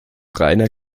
reiner